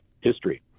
history